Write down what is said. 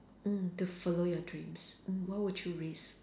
mm to follow your dreams mm what would you risk